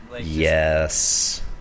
Yes